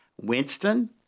Winston